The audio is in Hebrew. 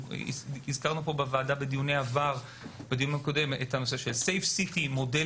הזכרנו בדיוני עבר בוועדה את הנושא של "סייף סיטי" מודל